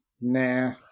Nah